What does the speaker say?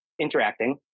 interacting